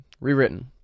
rewritten